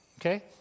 Okay